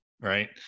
Right